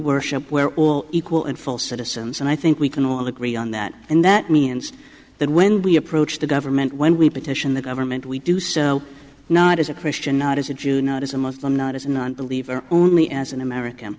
worship we're all equal and full citizens and i think we can all agree on that and that means that when we approach the government when we petition the government we do so not as a christian not as a jew not as a muslim not as a nonbeliever only as an american